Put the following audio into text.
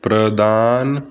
ਪ੍ਰਦਾਨ